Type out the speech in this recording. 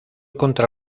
contra